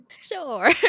Sure